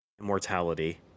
immortality